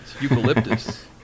Eucalyptus